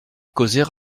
causer